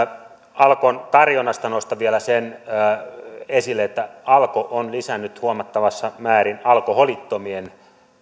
alkon tarjonnasta nostan vielä sen esille että alko on lisännyt huomattavassa määrin alkoholittomien